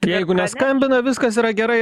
jeigu neskambina viskas yra gerai